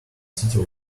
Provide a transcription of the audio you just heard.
city